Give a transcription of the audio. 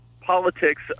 politics